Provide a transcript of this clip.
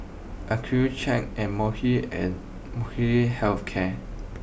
Accucheck an and Molnylcke health care